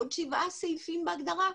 עוד שבעה סעיפים בהגדרה,